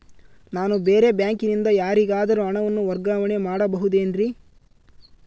ನಾನು ಬೇರೆ ಬ್ಯಾಂಕಿನಿಂದ ಯಾರಿಗಾದರೂ ಹಣವನ್ನು ವರ್ಗಾವಣೆ ಮಾಡಬಹುದೇನ್ರಿ?